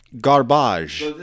garbage